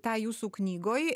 tą jūsų knygoj